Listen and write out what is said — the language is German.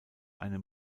eine